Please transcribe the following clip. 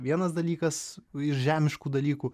vienas dalykas iš žemiškų dalykų